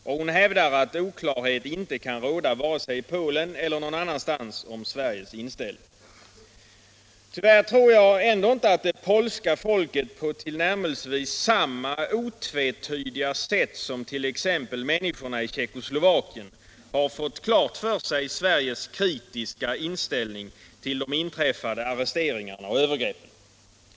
Och hon hävdar att oklarhet inte kan råda vare sig i Polen eller någon annanstans om Sveriges inställning. Tyvärr tror jag ändå inte att det polska folket på tillnärmelsevis samma otvetydiga sätt som t.ex. människorna i Tjeckoslovakien har fått klart för sig Sveriges kritiska inställning till de inträffade arresteringarna och övergreppen.